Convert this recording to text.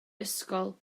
ysgol